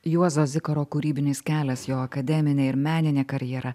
juozo zikaro kūrybinis kelias jo akademinė ir meninė karjera